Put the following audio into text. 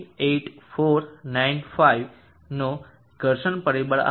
038495 નો ઘર્ષણ પરિબળ આપશે